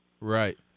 Right